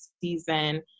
season